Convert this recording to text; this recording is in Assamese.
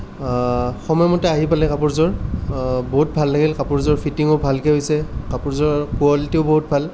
সময়মতে আহি পালে কাপোৰযোৰ বহুত ভাল লাগিল কাপোৰযোৰ ফিটিঙো ভালকৈ হৈছে কাপোৰযোৰৰ কোৱালিটিও বহুত ভাল